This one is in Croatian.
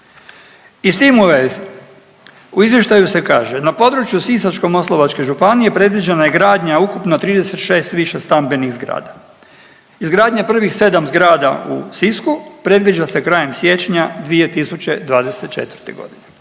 u vezi u izvještaju se kaže na području Sisačko-moslavačke županije predviđena je gradnja ukupno 36 višestambenih zgrada. Izgradnja prvih 7 zgrada u Sisku predviđa se krajem siječnja 2024. godine.